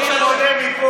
פריימריז, חברים.